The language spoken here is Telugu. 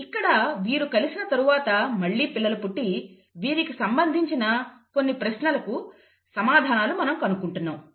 ఇక్కడ వీరు కలిసిన తరువాత పిల్లలు పుట్టి వీరికి సంబంధించిన కొన్ని ప్రశ్నలకు సమాధానాలు మనం కనుక్కుంటున్నాము